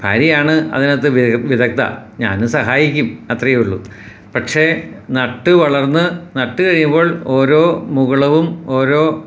ഭാര്യയാണ് അതിനകത്ത് വിദഗ്ദ്ധ ഞാനും സഹായിക്കും അത്രേ ഉള്ളു പക്ഷേ നട്ട് വളർന്ന് നട്ട് കഴിയുമ്പോൾ ഓരോ മുകുളവും ഓരോ